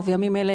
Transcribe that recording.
ובימים אלה,